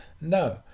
No